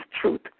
truth